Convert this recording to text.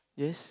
yes